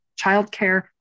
childcare